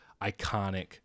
iconic